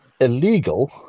illegal